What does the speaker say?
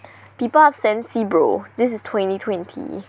people are sensy bro this is twenty twenty